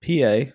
PA